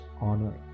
honor